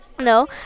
No